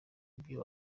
ibyo